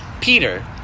Peter